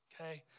okay